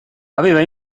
aveva